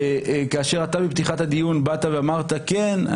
כאשר אתה בפתיחת הדיון באת ואמרת: כן,